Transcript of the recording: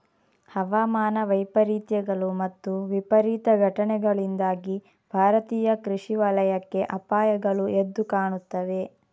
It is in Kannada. ಹವಾಮಾನ ವೈಪರೀತ್ಯಗಳು ಮತ್ತು ವಿಪರೀತ ಘಟನೆಗಳಿಂದಾಗಿ ಭಾರತೀಯ ಕೃಷಿ ವಲಯಕ್ಕೆ ಅಪಾಯಗಳು ಎದ್ದು ಕಾಣುತ್ತವೆ